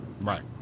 Right